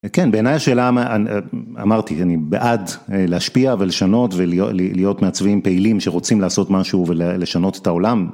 כן, בעיניי השאלה, אמרתי, אני בעד להשפיע ולשנות ולהיות מעצבים פעילים שרוצים לעשות משהו ולשנות את העולם.